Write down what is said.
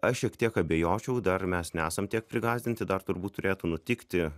aš šiek tiek abejočiau dar mes nesam tiek prigąsdinti dar turbūt turėtų nutikti